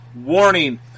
warning